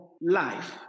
life